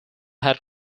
had